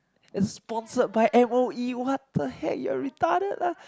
it's sponsored by m_o_e what the heck you're retarded lah